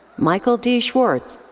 michael dee schwarz.